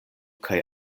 kaj